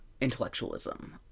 intellectualism